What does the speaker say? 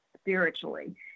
spiritually